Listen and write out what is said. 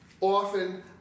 often